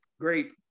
great